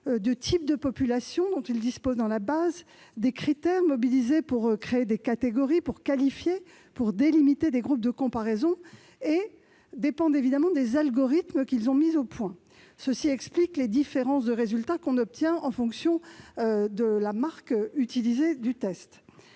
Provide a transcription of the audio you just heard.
des types de population dont ils disposent dans leur base de données, des critères mobilisés pour créer des catégories, qualifier et délimiter des groupes de comparaison. Cela dépend aussi évidemment des algorithmes qu'ils ont mis au point. Cela explique les différences de résultats que l'on obtient en fonction de la marque du test